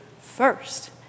first